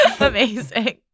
Amazing